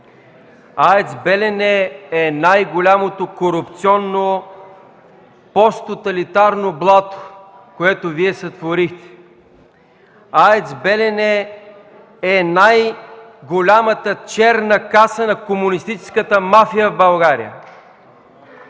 АЕЦ „Белене” е най-голямото корупционно посттоталитарно блато, което Вие сътворихте! АЕЦ „Белене” не е най-голямата черна каса на комунистическата мафия на България!